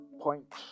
point